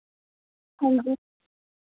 हांजी